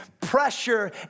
pressure